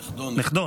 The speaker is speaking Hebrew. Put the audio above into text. נכדו.